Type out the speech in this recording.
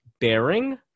bearing